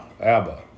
Abba